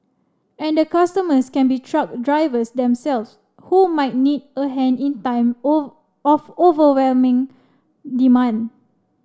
and the customers can be truck drivers themselves who might need a hand in time of overwhelming demand